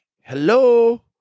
hello